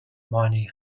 mining